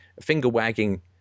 finger-wagging